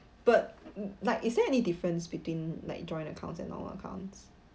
but like is there any difference between like joint accounts and normal accounts